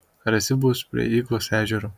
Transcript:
ar esi buvęs prie yglos ežero